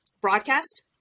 broadcast